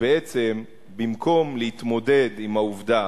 שבמקום להתמודד עם העובדה